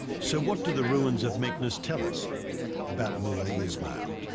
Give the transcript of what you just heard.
so what do the ruins of meknes tell us about mueller ismail